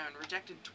rejected